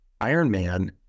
ironman